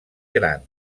gran